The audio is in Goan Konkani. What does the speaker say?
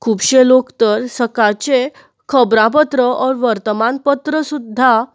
खुबशे लोक तर सकाळचे खबरांपत्र ओर वर्तमानपत्र सुद्दा